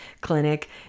clinic